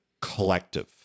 collective